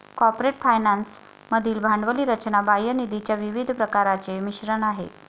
corporate finance मधील भांडवली रचना बाह्य निधीच्या विविध प्रकारांचे मिश्रण आहे